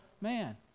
man